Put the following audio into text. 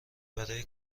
برای